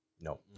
No